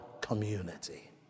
community